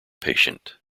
patient